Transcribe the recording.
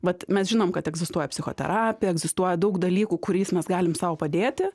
vat mes žinom kad egzistuoja psichoterapija egzistuoja daug dalykų kuriais mes galim sau padėti